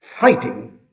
fighting